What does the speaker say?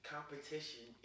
Competition